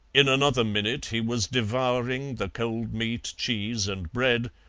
in another minute he was devouring the cold meat, cheese, and bread,